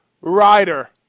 rider